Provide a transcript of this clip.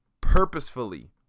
purposefully